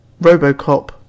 Robocop